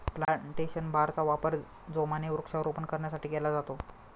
plantation बारचा वापर जोमाने वृक्षारोपण करण्यासाठी केला जातो